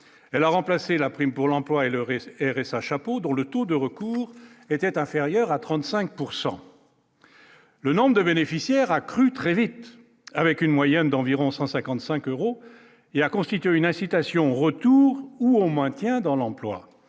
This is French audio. elle a remplacé la prime pour l'emploi et le reste, RSA chapeau dont le taux de recours était inférieur à 35 pourcent. Le nombre de bénéficiaires a crû très vite avec une moyenne d'environ 155 euros il y a constitué une incitation retour ou au maintien dans l'emploi